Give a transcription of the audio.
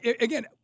Again